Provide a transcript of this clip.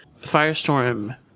Firestorm